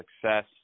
success